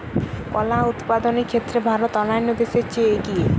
কলা উৎপাদনের ক্ষেত্রে ভারত অন্যান্য দেশের চেয়ে এগিয়ে